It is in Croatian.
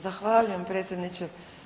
Zahvaljujem predsjedniče.